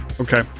Okay